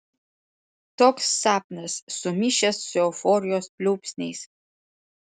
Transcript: toks sapnas sumišęs su euforijos pliūpsniais